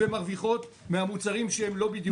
מחלבות אחרות עובדות ומרוויחות מהמוצרים שהן לא בדיוק